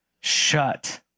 Shut